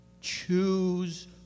choose